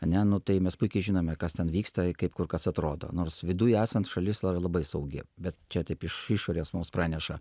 ane nu tai mes puikiai žinome kas ten vyksta kaip kur kas atrodo nors viduj esant šalis yra labai saugi bet čia taip iš išorės mums praneša